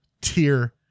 tier